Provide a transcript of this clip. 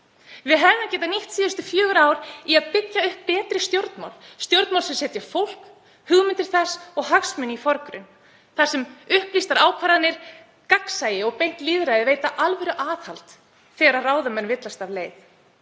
Við hefðum getað nýtt síðustu fjögur ár í að byggja upp betri stjórnmál, stjórnmál sem setja fólk, hugmyndir þess og hagsmuni í forgrunn, þar sem upplýstar ákvarðanir, gagnsæi og beint lýðræði veita alvöruaðhald þegar ráðamenn villast af leið,